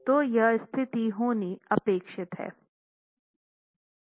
तो वह स्थिति होनी अपेक्षित हैं